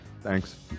Thanks